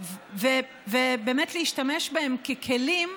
ולהשתמש בהן ככלים,